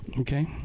Okay